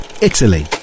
Italy